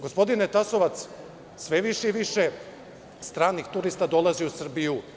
Gospodine Tasovac, sve više i više stranih turista dolazi u Srbiju.